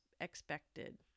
expected